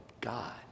God